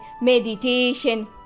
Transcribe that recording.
meditation